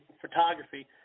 photography